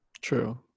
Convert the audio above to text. True